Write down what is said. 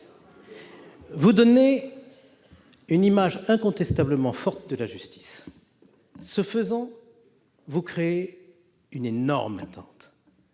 Vous donnez incontestablement une image forte de la justice. Ce faisant, vous créez une énorme attente.